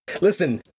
listen